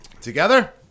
Together